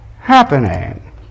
happening